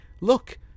look